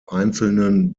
einzelnen